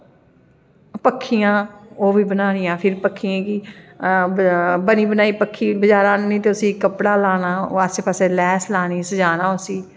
पक्खियां ओह् बी बनानियां फिर पक्खियें गी बनी बनाई पक्खी बजारा आह्ननी ते उसी कपड़ा लाना ओह् आसे पासे लेस लानी सजाना उसी